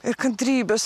ir kantrybės